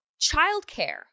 childcare